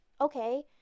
okay